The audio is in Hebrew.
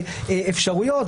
אפשרויות,